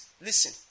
Listen